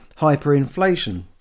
hyperinflation